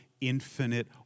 infinite